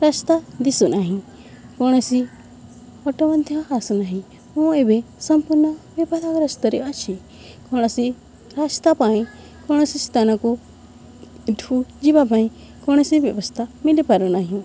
ରାସ୍ତା ଦିଶୁ ନାହିଁ କୌଣସି ଅଟୋ ମଧ୍ୟ ଆସୁ ନାହିଁ ମୁଁ ଏବେ ସମ୍ପୂର୍ଣ୍ଣ ବିପଦଗ୍ରସ୍ତରେ ଅଛି କୌଣସି ରାସ୍ତା ପାଇଁ କୌଣସି ସ୍ଥାନକୁଠୁ ଯିବା ପାଇଁ କୌଣସି ବ୍ୟବସ୍ଥା ମିଳିପାରୁନାହିଁ